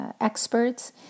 Experts